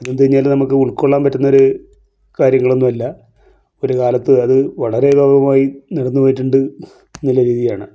അത് എന്തുകഴിഞ്ഞാലും നമുക്ക് ഉൾക്കൊള്ളാൻ പറ്റുന്നൊരു കാര്യങ്ങളൊന്നുമല്ല ഒരു കാലത്ത് അത് വളരെ വ്യാപകമായി നടന്നു പോയിട്ടുണ്ട് എന്നുള്ള രീതിയാണ്